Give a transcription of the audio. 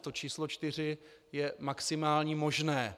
To číslo čtyři je maximální možné.